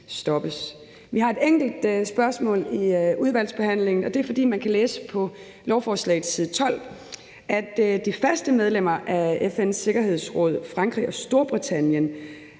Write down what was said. stoppes. Vi har et enkelt spørgsmål i udvalgsbehandlingen. Det er, fordi man på lovforslagets side 12 kan læse, at de faste medlemmer af FN's Sikkerhedsråd, Frankrig og Storbritannien,